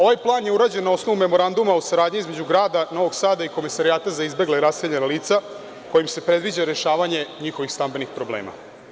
Ovaj plan je urađen na osnovu Memoranduma o saradnji između grada Novog Sada i Komesarijata za izbegla i raseljena lica kojim se predviđa rešavanje njihovih stambenih problema.